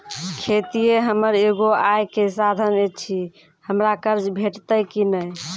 खेतीये हमर एगो आय के साधन ऐछि, हमरा कर्ज भेटतै कि नै?